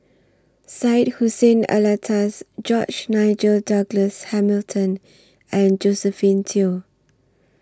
Syed Hussein Alatas George Nigel Douglas Hamilton and Josephine Teo